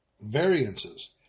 variances